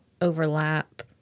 overlap